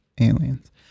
Aliens